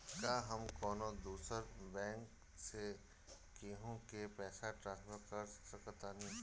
का हम कौनो दूसर बैंक से केहू के पैसा ट्रांसफर कर सकतानी?